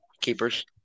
keepers